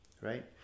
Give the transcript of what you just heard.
right